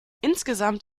insgesamt